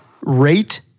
rate